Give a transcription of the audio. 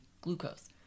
glucose